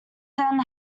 then